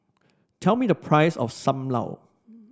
tell me the price of Sam Lau